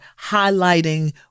highlighting